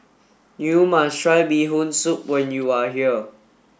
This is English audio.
you must try Bee Hoon Soup when you are here